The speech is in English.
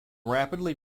rapidly